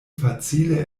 facile